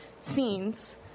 scenes